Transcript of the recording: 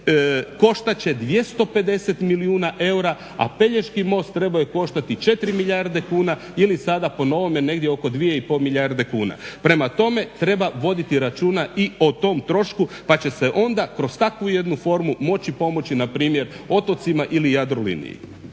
koštat će 250 milijuna eura, a Pelješki most treba koštati 4 milijarde kuna ili sada po novome negdje oko 2,5 milijarde kuna. Prema tome treba voditi računa i o tom trošku pa će se onda kroz takvu jednu formu moći pomoći npr. otocima ili Jadroliniji.